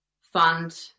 fund